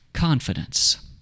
Confidence